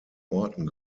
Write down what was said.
orten